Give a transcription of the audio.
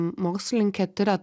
mokslininkė tiria